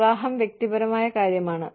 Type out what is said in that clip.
വിവാഹം വ്യക്തിപരമായ കാര്യമാണ്